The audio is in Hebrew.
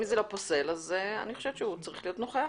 אם זה לא פוסל, אני חושבת שהוא צריך להיות נוכח.